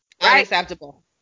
Unacceptable